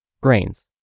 grains